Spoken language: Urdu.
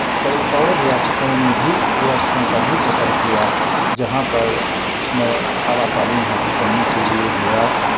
کئی اور ریاستوں میں بھی ریاستوں کا بھی سفر کیا جہاں پر میں اعلیٰ تعلیم حاصل کرنے کے لئے گیا